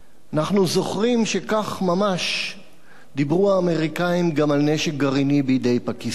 אנחנו זוכרים שכך ממש דיברו האמריקנים גם על נשק גרעיני בידי פקיסטן,